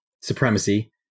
supremacy